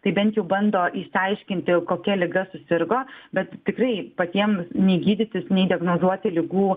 tai bent bando išsiaiškinti kokia liga susirgo bet tikrai patiems nei gydytis nei diagnozuoti ligų